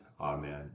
amen